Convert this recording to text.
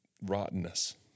rottenness